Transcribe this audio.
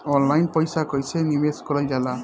Online पईसा कईसे निवेश करल जाला?